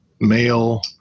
male